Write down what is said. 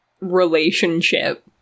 relationship